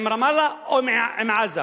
עם רמאללה או עם עזה?